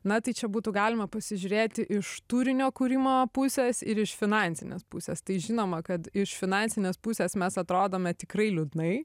na tai čia būtų galima pasižiūrėti iš turinio kūrimo pusės ir iš finansinės pusės tai žinoma kad iš finansinės pusės mes atrodome tikrai liūdnai